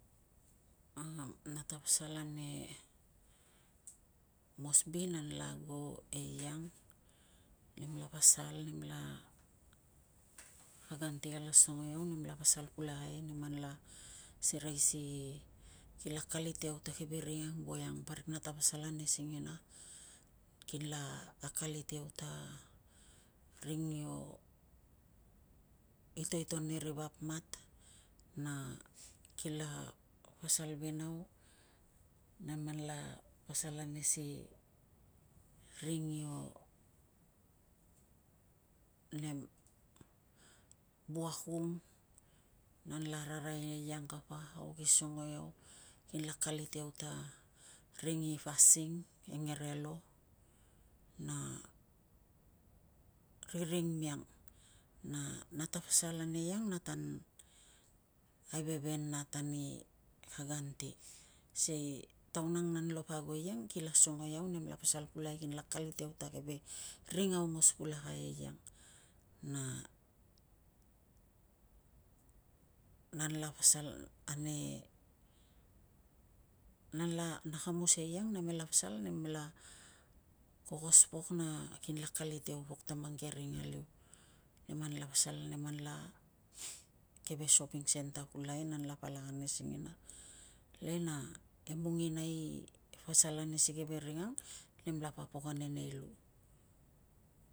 A nata pasal anei mosbi nanla ago eiang, nemla pasal nemla, kag anti kala songo iau nemla pasal pulakai nemanla serei si kinla akalit ia ta ke ring an voiang paraik nata pasal ane singina. Kinla akalit iau ta ring io itoiton ani ri vap mat na kila pasal ve nau nemanla pasal pasal ane si ring io nem, wuak ung nanla ararai le iang kapa. Au ki songo iau kinla akalit iau ta ring i po aising e ngerelo, na ke ring miang. Na nata pasal ane iang natan aiveven nat ani kag anti. Sikei taun ang nan lapo ago eiang kila songo iau nem la pasal pulakai kinla akalit iau ta keve ring aungos pulakai eiang na nanla pasal ane na kamus eiang namela pasal nemla kokos pok na kinla akalit pok iau ta mang ke ring aliu. Nemanla pasal nem anla keve soping senta pulakai nemla palak ane singina. Le na emung ina i pasal ane si keve ring ang nemla papok ane nei lu.